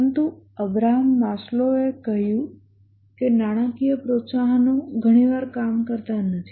પરંતુ Abraham Maslow એ કહ્યું કે નાણાકીય પ્રોત્સાહનો ઘણીવાર કામ કરતા નથી